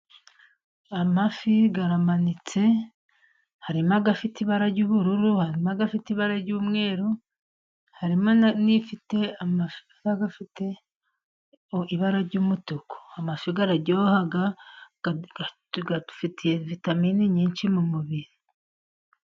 Amafi aramanitse harimo afite ibara ry'ubururu harimo afite ibara ry'umweru, harimo n'ifite ibara ry'umutuku. Amafi araryoha afitiye vitamini nyinshi mu mubiri.